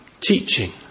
teaching